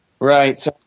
Right